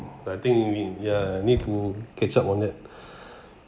but I think ya need to catch up on that